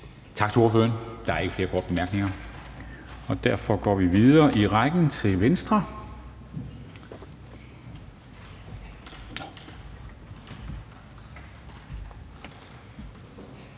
Tak til ordføreren. Der er ikke flere korte bemærkninger. Derfor går vi videre i rækken til Heidi